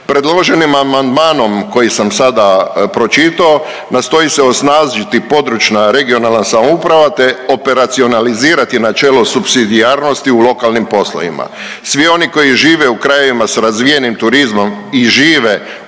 Predloženim amandmanom koji sam sada pročitao nastoji se osnažiti područna i regionalna samouprava, te operacionalizirati načelo supsidijarnosti u lokalnim poslovima. Svi oni koji žive u krajevima s razvijenim turizmom i žive